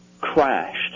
crashed